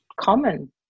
common